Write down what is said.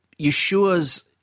Yeshua's